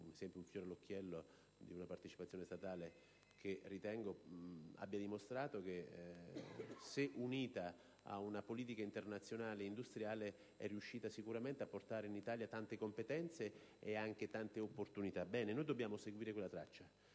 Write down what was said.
esempio di fiore all'occhiello di una partecipazione statale che ritengo abbia dimostrato, unita ad una politica internazionale industriale, di portare in Italia tante competenze e anche tante opportunità. Noi dobbiamo seguire quella traccia.